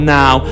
now